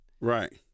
Right